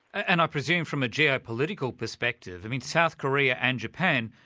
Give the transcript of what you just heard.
and i presume, from a geopolitical perspective, south korea and japan,